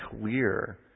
clear